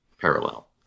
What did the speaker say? parallel